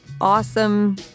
Awesome